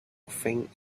think